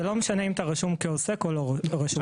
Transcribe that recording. זה לא משנה אם אתה רשום כעוסק או לא רשום כעוסק.